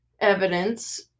evidence